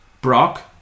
Brock